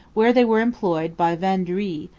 where they were employed by vaudreuil,